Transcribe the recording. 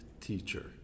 teacher